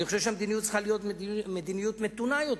אני חושב שהמדיניות צריכה להיות מדיניות מתונה יותר.